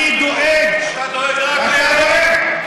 אתה דואג לערבים,